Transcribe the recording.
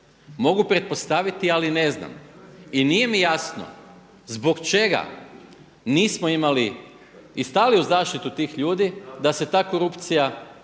Mogu pretpostaviti, ali ne znam. I nije mi jasno zbog čega nismo imali i stali u zaštitu tih ljudi da se ta korupcija